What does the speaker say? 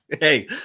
Hey